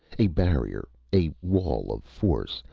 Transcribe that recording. a barrier, a wall of force,